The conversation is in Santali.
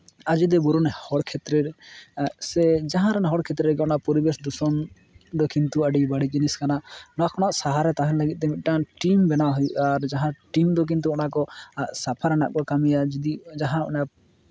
ᱟᱡᱳᱫᱤᱭᱟᱹ ᱵᱩᱨᱩ ᱨᱮᱱ ᱦᱚᱲ ᱠᱷᱮᱛᱨᱮ ᱥᱮ ᱡᱟᱦᱟᱸ ᱨᱮᱱ ᱦᱚᱲ ᱠᱷᱮᱛᱨᱮ ᱜᱮ ᱚᱱᱟ ᱯᱚᱨᱤᱵᱮᱥ ᱫᱩᱥᱚᱱ ᱫᱚ ᱠᱤᱱᱛᱩ ᱟᱹᱰᱤ ᱵᱟᱹᱲᱤᱡ ᱡᱤᱱᱤᱥ ᱠᱟᱱᱟ ᱱᱚᱣᱟ ᱠᱷᱚᱱᱟᱜ ᱥᱟᱦᱟᱨᱮ ᱛᱟᱦᱮᱱ ᱞᱟᱹᱜᱤᱫ ᱛᱮ ᱢᱤᱫᱴᱟᱱ ᱴᱤᱢ ᱵᱮᱱᱟᱣ ᱦᱩᱭᱩᱜᱼᱟ ᱡᱟᱦᱟᱸ ᱴᱤᱢ ᱫᱚ ᱠᱤᱱᱛᱩ ᱚᱱᱟᱠᱚ ᱥᱟᱯᱷᱟ ᱨᱮᱱᱟᱜ ᱠᱚ ᱠᱟᱹᱢᱤᱭᱟ ᱡᱩᱫᱤ ᱡᱟᱦᱟᱸ ᱚᱱᱟ